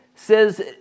says